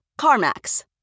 CarMax